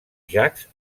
jacques